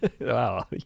Wow